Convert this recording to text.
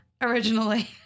originally